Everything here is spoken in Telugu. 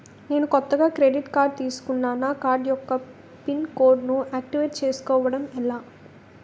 నేను కొత్తగా క్రెడిట్ కార్డ్ తిస్కున్నా నా కార్డ్ యెక్క పిన్ కోడ్ ను ఆక్టివేట్ చేసుకోవటం ఎలా?